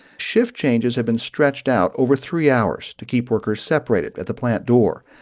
shift changes have been stretched out over three hours to keep workers separated. at the plant door,